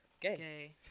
gay